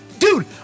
Dude